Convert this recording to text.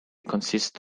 consist